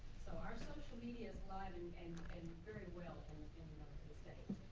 so our social media's alive and and and very well in the study.